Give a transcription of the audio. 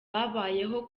babayeho